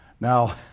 now